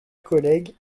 collègues